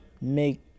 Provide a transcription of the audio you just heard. make